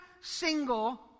single